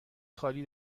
خالی